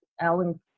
Alan